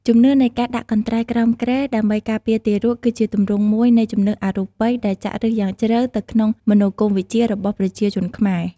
ជំនឿនៃការដាក់កន្ត្រៃក្រោមគ្រែដើម្បីការពារទារក គឺជាទម្រង់មួយនៃជំនឿអរូបិយដែលចាក់ឫសយ៉ាងជ្រៅទៅក្នុងមនោគមវិជ្ជារបស់ប្រជាជនខ្មែរ។